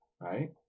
Right